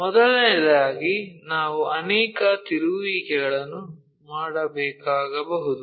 ಮೊದಲನೆಯದಾಗಿ ನಾವು ಅನೇಕ ತಿರುಗುವಿಕೆಗಳನ್ನು ಮಾಡಬೇಕಾಗಬಹುದು